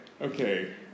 okay